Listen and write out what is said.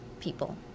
people